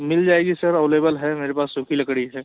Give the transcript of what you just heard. मिल जाएगी sir available है मेरे पास सूखी लकड़ी है